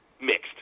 Mixed